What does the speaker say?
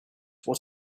what